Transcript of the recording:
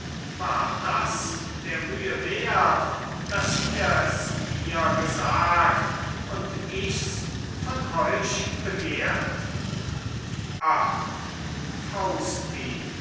war das der mühe wert daß ihr es mir gesagt und ichs von euch begehrt